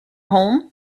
home